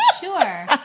sure